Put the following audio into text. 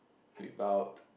without